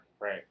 Right